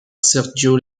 sergio